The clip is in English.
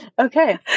Okay